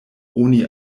oni